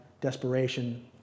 desperation